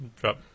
Drop